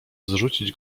zrzucić